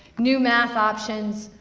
new math options,